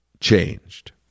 changed